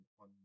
on